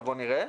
אבל בואו נראה.